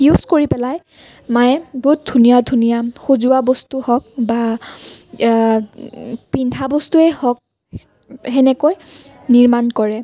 use কৰি পেলাই মায়ে বহুত ধুনীয়া ধুনীয়া সজোৱা বস্তু হওক বা পিন্ধা বস্তুৱে হওক সেনেকৈ নিৰ্মাণ কৰে